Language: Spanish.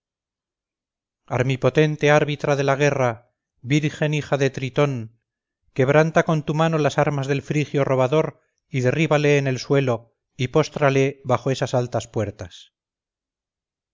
lamentos armipotente árbitra de la guerra virgen hija de tritón quebranta con tu mano las armas del frigio robador y derríbale en el suelo y póstrale bajo esas altas puertas